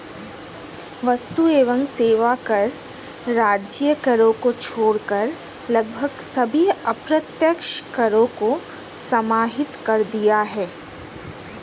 वस्तु एवं सेवा कर राज्य करों को छोड़कर लगभग सभी अप्रत्यक्ष करों को समाहित कर दिया है